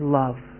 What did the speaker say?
love